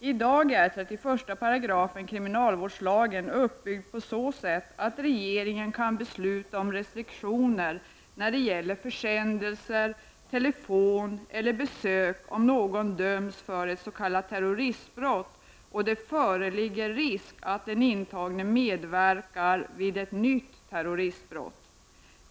I dag är 31§ kriminalvårdslagen uppbyggd på så sätt att regeringen kan besluta om restriktioner när det gäller försändelser, telefonsamtal eller besök om någon dömts för ett s.k. terroristbrott och det föreligger risk för att den intagne medverkar vid ett nytt terroristbrott.